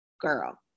girl